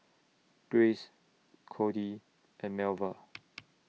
Grace Codey and Melva